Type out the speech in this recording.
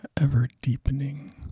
ever-deepening